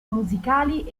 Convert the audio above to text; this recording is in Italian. musicali